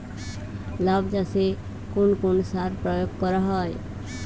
লাউ চাষে কোন কোন সার প্রয়োগ করা হয়?